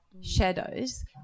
shadows